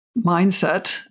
mindset